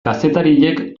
kazetariek